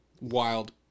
wild